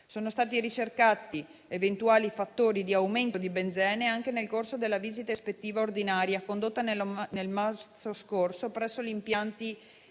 Sono stati ricercati eventuali fattori di aumento di benzene anche nel corso della visita ispettiva ordinaria, condotta nel marzo scorso presso gli impianti